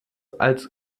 als